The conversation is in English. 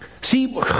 See